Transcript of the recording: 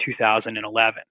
2011